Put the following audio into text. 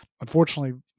Unfortunately